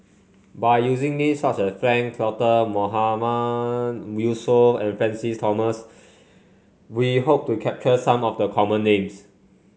by using names such as Frank Cloutier Mahmood Yusof and Francis Thomas we hope to capture some of the common names